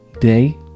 day